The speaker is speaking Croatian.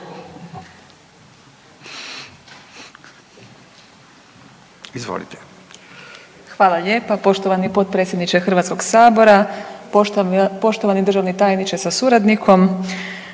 (GLAS)** Hvala lijepo poštovani potpredsjedniče sabora, poštovani državni tajniče sa suradnicom,